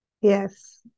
yes